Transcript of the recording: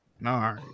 No